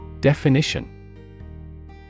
Definition